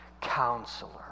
counselor